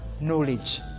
knowledge